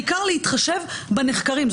בעיקר להתחשב בנחקרים.